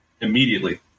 immediately